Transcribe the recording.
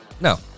no